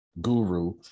guru